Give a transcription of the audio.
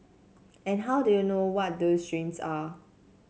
and how do you know what those dreams are